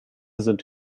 sind